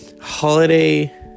holiday